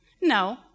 No